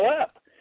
up